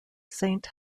saint